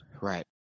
right